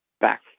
back